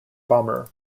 bomber